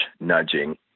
nudging